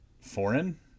foreign